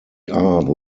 are